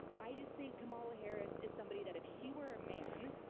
i just think kamala harris is somebody that if she were a man,